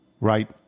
right